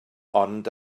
ond